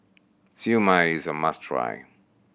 Siew Mai is a must try